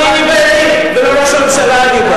לא אני ניבאתי ולא ראש הממשלה ניבא.